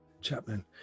Chapman